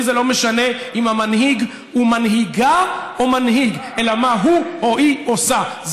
לי זה לא משנה אם המנהיג הוא מנהיגה או מנהיג אלא מה הוא או היא עושה.